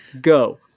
Go